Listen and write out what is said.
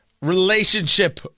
relationship